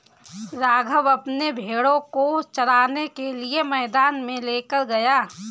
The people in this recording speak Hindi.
राघव अपने भेड़ों को चराने के लिए मैदान में लेकर गया है